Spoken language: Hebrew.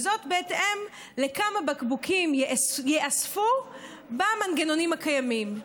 וזאת בהתאם למספר הבקבוקים שייאספו במנגנונים הקיימים,